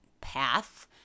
path